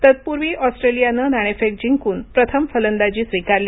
तत्पूर्वी ऑस्ट्रेलियानं नाणेफेक जिंकून प्रथम फलंदाजी स्वीकारली